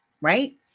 right